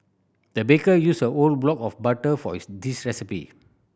the baker used a whole block of butter for his this recipe